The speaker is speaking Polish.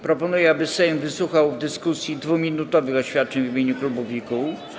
Proponuję, aby Sejm wysłuchał w dyskusji 2-minutowych oświadczeń w imieniu klubów i kół.